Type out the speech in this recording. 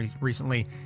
recently